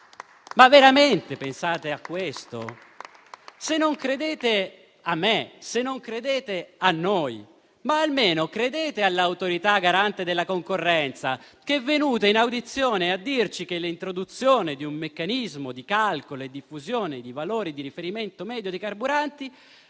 Veramente pensate questo? Se non credete a me, se non credete a noi, almeno credete all'Autorità garante della concorrenza e del mercato, che è venuta in audizione a dirci che l'introduzione di un meccanismo di calcolo e di diffusione di valori di riferimento medio dei carburanti